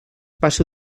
passa